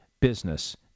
business